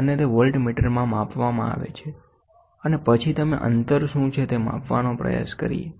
અને તે વોલ્ટેમીટરમાં માપવામાં આવે છેઅનેપછી અમે અંતર શું છે તે માપવાનો પ્રયાસ કરીએ છીએ